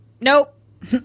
Nope